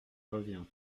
revient